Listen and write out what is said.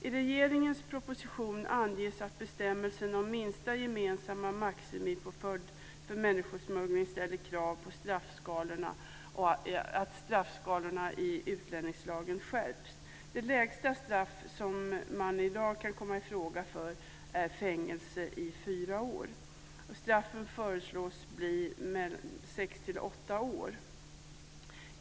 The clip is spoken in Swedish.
I regeringens proposition anges att bestämmelsen om minsta gemensamma maximipåföljd för människosmuggling ställer krav på att straffskalorna i utlänningslagen skärps. Det lägsta straff som i dag kan komma i fråga är fängelse i fyra år. Straffen föreslås bli mellan sex och åtta år.